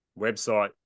website